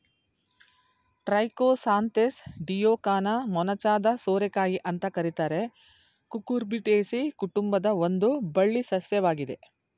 Trichosanthes ಡಿಯೋಕಾನ ಮೊನಚಾದ ಸೋರೆಕಾಯಿ ಅಂತ ಕರೀತಾರೆ ಕುಕುರ್ಬಿಟೇಸಿ ಕುಟುಂಬದ ಒಂದು ಬಳ್ಳಿ ಸಸ್ಯವಾಗಿದೆ